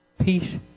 Peace